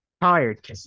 Tired